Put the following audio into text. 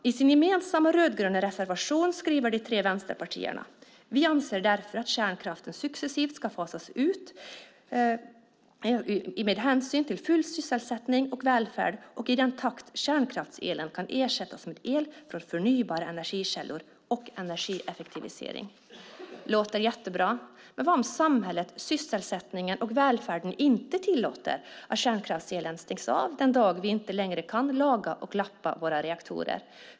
I sin gemensamma rödgröna reservation skriver de tre vänsterpartierna: Vi anser därför att kärnkraften successivt ska fasas ut med hänsyn till full sysselsättning och välfärd och i den takt kärnkraftselen kan ersättas med el från förnybara energikällor och energieffektivisering. Det låter jättebra. Men vad gör man om samhället, sysselsättning och välfärden inte tillåter att kärnkraftselen stängs av den dag vi inte längre kan laga och lappa våra reaktorer?